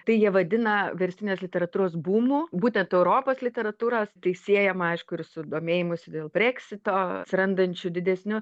tai jie vadina verstinės literatūros būmu būtent europos literatūras tai siejama aišku ir su domėjimusi dėl breksito atsirandančiu didesniu